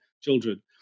children